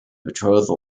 betrothal